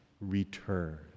return